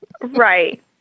Right